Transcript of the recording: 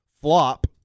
flop